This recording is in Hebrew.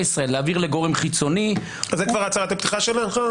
ישראל להעביר לגורם חיצוני --- זה כבר הצהרת הפתיחה שלך?